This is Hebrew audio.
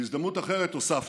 בהזדמנות אחרת הוספתי: